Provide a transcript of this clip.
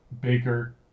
Baker